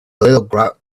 little